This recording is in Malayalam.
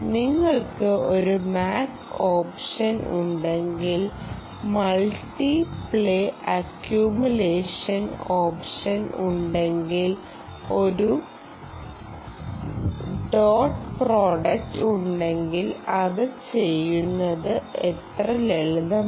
നിങ്ങൾക്ക് ഒരു MAC ഓപ്ഷൻ ഉണ്ടെങ്കിൽ മൾട്ടി പ്ലൈ അക്കൂമുലേഷൻ ഓപ്ഷൻ ഉണ്ടെങ്കിൽ ഒരു ഡോട്ട് പ്രോഡക്ട് ഉണ്ടെങ്കിൽ അത് ചെയ്യുന്നത് എത്ര ലളിതമാണ്